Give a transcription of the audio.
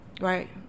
Right